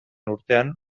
urtean